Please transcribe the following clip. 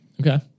Okay